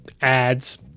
ads